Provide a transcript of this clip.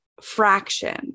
fraction